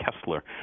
Kessler